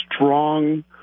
strong